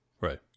Right